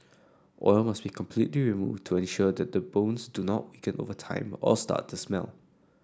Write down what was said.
oil must be completely removed to ensure that the bones do not weaken over time or start to smell